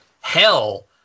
hell